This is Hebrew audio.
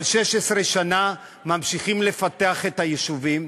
אבל 16 שנה ממשיכים לפתח את היישובים,